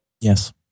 Yes